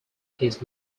his